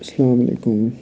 اَسَلامُ علیکُم